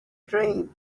dream